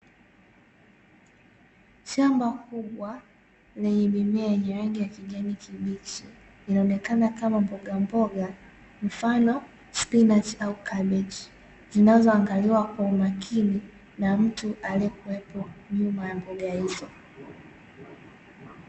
Shamba kubwa lenye mimea yenye rangi ya kijani kibichi, inaonekana kama mbogamboga mfano spinachi au kabichi, zinazoangaliwa kwa umakini na mtu aliekuepo nyuma ya mboga hizo.